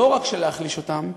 לא רק להחליש אותם,